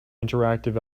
interactive